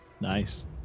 Nice